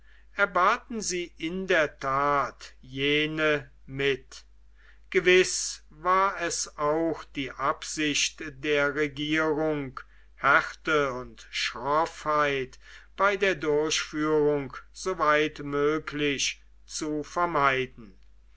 erbaten sie in der tat jene mit gewiß war es auch die absicht der regierung härte und schroffheit bei der durchführung soweit möglich zu vermeiden